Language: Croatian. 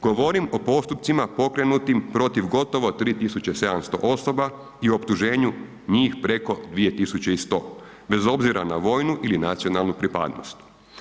Govorim o postupcima pokrenutim protiv gotovo 3.700 osoba i optuženju njih preko 2.100, bez obzira na vojnu ili nacionalnu pripadnost.